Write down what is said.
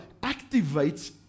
activates